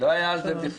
לא היו ויכוחים